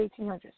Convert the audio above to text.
1800s